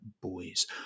boys